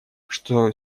что